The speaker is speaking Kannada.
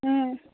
ಹ್ಞೂ